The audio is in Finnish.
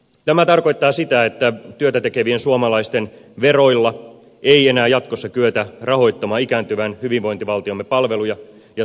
tämä tarkoittaa sitä että työtätekevien suomalaisten veroilla ei enää jatkossa kyetä rahoittamaan ikääntyvän hyvinvointivaltiomme palveluja ja tulonsiirtoja